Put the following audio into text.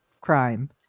crime